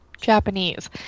Japanese